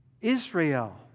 Israel